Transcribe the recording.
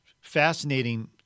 fascinating